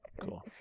Cool